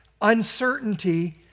uncertainty